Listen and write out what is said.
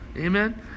Amen